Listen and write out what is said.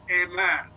Amen